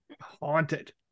Haunted